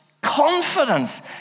confidence